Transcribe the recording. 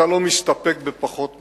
אתה לא מסתפק בפחות ממנה.